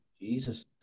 Jesus